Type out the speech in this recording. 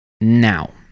Now